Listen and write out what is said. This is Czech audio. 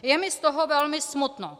Je mi z toho velmi smutno.